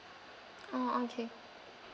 orh okay